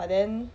but then